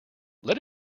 let